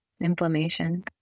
inflammation